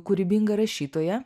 kūrybinga rašytoja